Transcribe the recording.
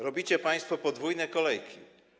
Robicie państwo podwójne kolejki.